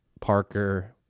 Parker